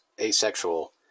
asexual